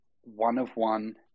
one-of-one